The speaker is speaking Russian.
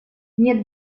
нет